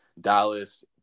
Dallas